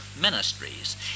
ministries